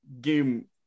game